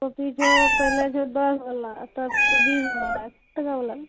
copy छै पहिले छै दसवला आओर तब छै बीसवला कितनावला